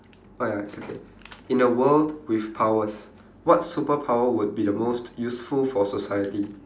oh ya it's okay in a world with powers what superpower would be the most useful for society